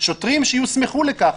שוטרים שיוסמכו לכך.